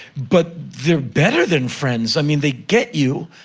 but they're better than friends. i mean, they get you.